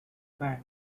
band